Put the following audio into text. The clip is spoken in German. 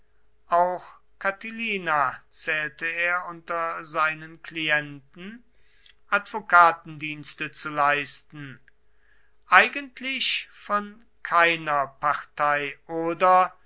auch catilina zählte er unter seinen klienten advokatendienste zu leisten eigentlich von keiner partei oder